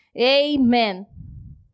Amen